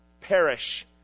perish